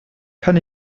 kann